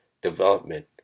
development